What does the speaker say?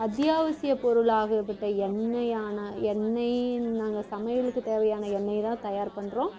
அத்தியாவசிய பொருளாகப்பட்ட எண்ணெய்யான எண்ணெய் நாங்கள் சமையலுக்கு தேவையான எண்ணெய் தான் தயார் பண்ணுறோம்